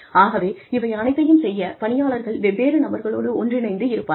ஆகவே இவை அனைத்தையும் செய்ய பணியாளர்கள் வெவ்வேறு நபர்களோடு ஒன்றிணைந்து இருப்பார்கள்